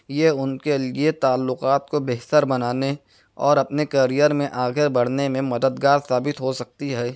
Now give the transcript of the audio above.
یہ ان کے لئے تعلقات کو بہتر بنانے اور اپنے کیرئر میں آگے بڑھنے میں مددگار ثابت ہو سکتی ہے